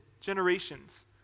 generations